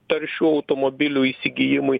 taršių automobilių įsigijimui